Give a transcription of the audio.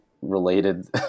related